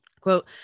quote